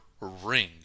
ring